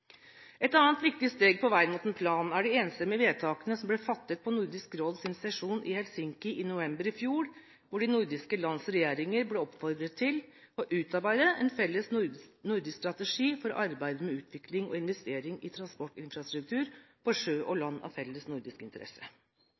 Et annet viktig steg på veien mot en plan er de enstemmige vedtakene som ble fattet på Nordisk råd i sin sesjon i Helsinki i november i fjor, hvor de nordiske lands regjeringer ble oppfordret til å utarbeide en felles nordisk strategi for arbeidet med utvikling og investeringer i transportinfrastruktur på sjø og land av felles